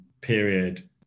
period